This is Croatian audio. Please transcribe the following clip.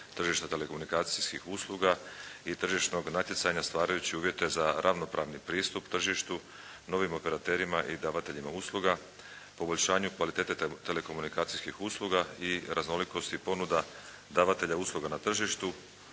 tržišta telekomunikacijskih usluga i tržišnog natjecanja stvarajući uvjete za ravnopravni pristup tržištu, novim operaterima i davateljima usluga, poboljšanju kvalitete telekomunikacijskih usluga i raznolikosti ponuda davatelja usluga na tržištu